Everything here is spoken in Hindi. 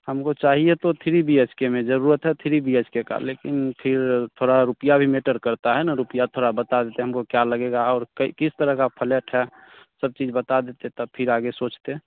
हमको चाहिए तो थ्री बी एच के में ज़रूरत है थ्री बी एच के का लेकिन फ़िर थोड़ा रूपया भी मेटर करता है ना रूपया थोड़ा बता देते हमको क्या लगेगा और कै किस तरह का फलेट है सब चीज़ बता देते तब फ़िर आगे सोचते